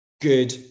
good